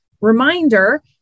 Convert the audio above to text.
Reminder